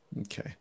Okay